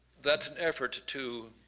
that's effort to